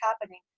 happening